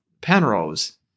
Penrose